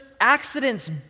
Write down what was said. accidents